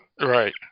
Right